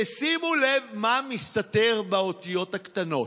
ושימו לב מה מסתתר באותיות הקטנות.